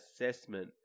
assessment